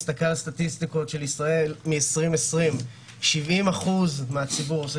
אני מסתכל על סטטיסטיקות של ישראל מ-2020 70% מהציבור עושה